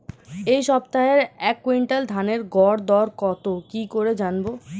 এই সপ্তাহের এক কুইন্টাল ধানের গর দর কত কি করে জানবো?